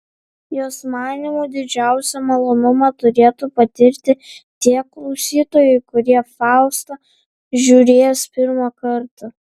jos manymu didžiausią malonumą turėtų patirti tie klausytojai kurie faustą žiūrės pirmą kartą